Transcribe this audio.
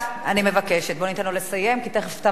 אני מבקשת, בוא ניתן לו לסיים כי תיכף תם זמנו.